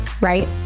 right